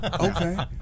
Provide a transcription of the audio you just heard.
Okay